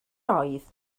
oedd